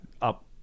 up